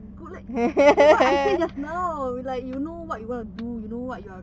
you good leh that is what I say just now like you know what you want to do you know what you are